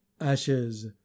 ashes